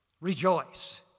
Rejoice